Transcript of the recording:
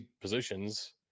positions